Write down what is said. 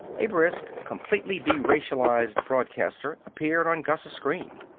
a brisk, completely deracialized broadcaster appeared on gus's screen.